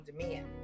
demand